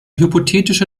hypothetische